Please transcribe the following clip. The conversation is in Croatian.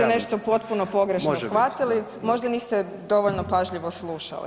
Vi ste nešto potpuno pogrešno shvatili, možda niste dovoljno pažljivo slušali.